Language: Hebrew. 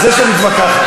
על זה שאת מתווכחת.